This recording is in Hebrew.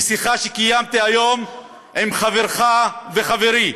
בשיחה שקיימתי היום עם חברך וחברי,